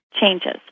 changes